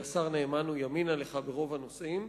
אני חושב שהשר נאמן הוא ימינה לך ברוב הנושאים.